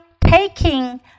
taking